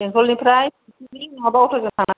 बेंथलनिफ्राय थाइसौगुरि नङाबा मुराफारा